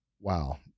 wow